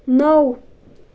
نَو